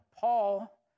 Paul